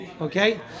Okay